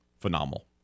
Phenomenal